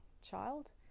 child